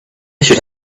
should